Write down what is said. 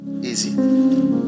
Easy